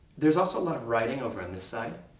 there's also a lot of writing over on this side.